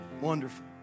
wonderful